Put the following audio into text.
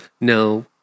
no